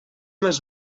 més